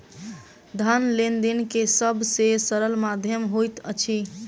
धन लेन देन के सब से सरल माध्यम होइत अछि